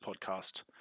podcast